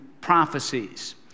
prophecies